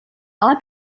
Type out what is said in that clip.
ale